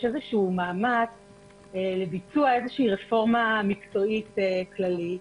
מאמץ לביצוע רפורמה מקצועית כללית.